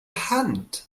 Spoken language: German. hand